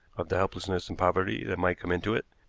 of the helplessness and poverty that might come into it,